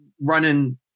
running